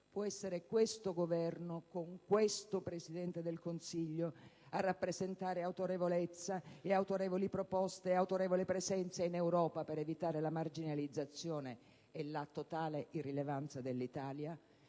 Può essere questo Governo, con questo Presidente del Consiglio, a rappresentare con autorevolezza il Paese e a presentare autorevoli proposte e presenza in Europa per evitare la marginalizzazione e la totale irrilevanza dell'Italia?